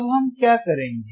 अब हम क्या करेंगे